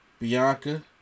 Bianca